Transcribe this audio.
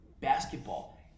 basketball